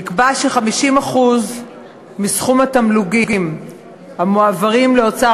נקבע ש-50% התמלוגים המועברים לאוצר